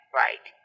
right